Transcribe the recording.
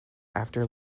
after